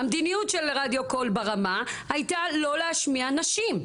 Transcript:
המדיניות של רדיו קול ברמה הייתה לא להשמיע נשים,